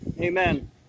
Amen